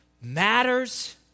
matters